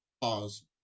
Pause